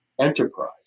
enterprise